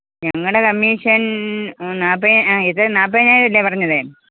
ഞങ്ങളുടെ കമ്മീഷന് നാൽപ്പതിനാണ് ആ ഇത് നാൽപ്പതിനായിരം അല്ലേ പറഞ്ഞത്